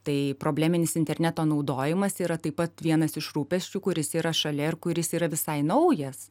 tai probleminis interneto naudojimas yra taip pat vienas iš rūpesčių kuris yra šalia ir kuris yra visai naujas